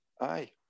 Aye